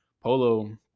Polo